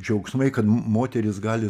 džiaugsmai kad moteris gali